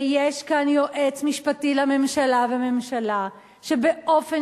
ויש כאן יועץ משפטי לממשלה וממשלה שבאופן